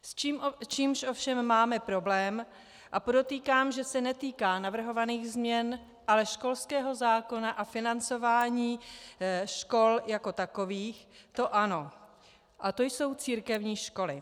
S čím ovšem máme problém, a podotýkám, že se netýká navrhovaných změn, ale školského zákona a financování škol jako takových, to ano, a to jsou církevní školy.